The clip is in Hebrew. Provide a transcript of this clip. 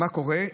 מה קורה?